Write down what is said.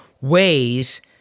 ways